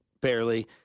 barely